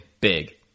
big